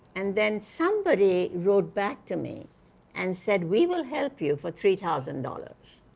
and then somebody wrote back to me and said, we will help you for three thousand dollars.